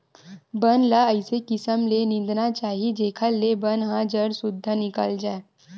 बन ल अइसे किसम ले निंदना चाही जेखर ले बन ह जर सुद्धा निकल जाए